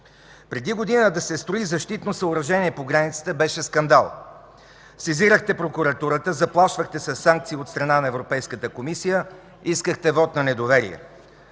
Преди година да се строи защитно съоръжение по границата беше скандал. Сезирахте прокуратурата, заплашвахте със санкции от страна на Европейската комисия, искахте вот на недоверие.